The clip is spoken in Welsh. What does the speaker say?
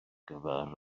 gyfer